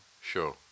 Sure